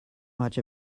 much